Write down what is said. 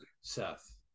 Seth